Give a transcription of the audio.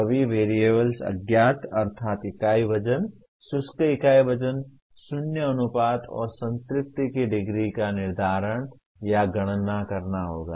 सभी वेरिएबल्स अज्ञात अर्थात् इकाई वजन शुष्क इकाई वजन शून्य अनुपात और संतृप्ति की डिग्री को निर्धारित या गणना करना होगा